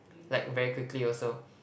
like very quickly also